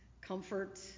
comfort